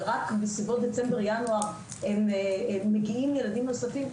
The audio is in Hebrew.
ורק בסביבות דצמבר-ינואר מגיעים ילדים נוספים,